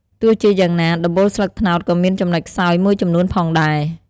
ទោះជាយ៉ាងណា ដំបូលស្លឹកត្នោតក៏មានចំណុចខ្សោយមួយចំនួនផងដែរ។